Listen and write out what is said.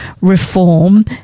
reform